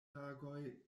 lagoj